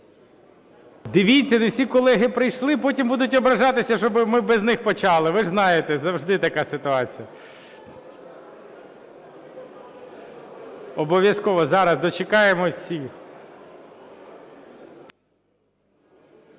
Дивіться, не всі колеги прийшли. Потім будуть ображатися, що ми без них почали. Ви ж знаєте, завжди така ситуація. Обов'язково. Зараз дочекаємося всіх.